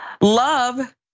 Love